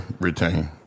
retain